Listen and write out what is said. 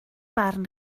barn